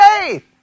faith